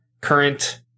current